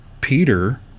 Peter